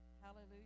Hallelujah